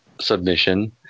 Submission